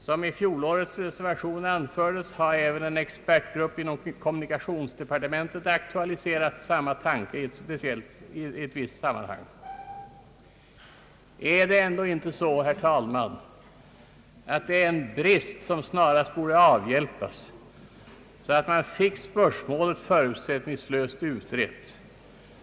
Som anfördes i reservationen i fjol har en expertgrupp inom kommunikationsdepartementet aktualiserat samma tanke i visst sammanhang. Är det ändå inte så, herr talman, att här föreligger en brist som borde avhjälpas snarast, så att man fick spörsmålet förutsättningslöst utrett?